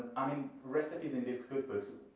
i mean, recipes in these cookbooks